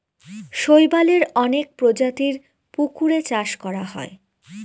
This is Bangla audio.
শৈবালের অনেক প্রজাতির পুকুরে চাষ করা হয়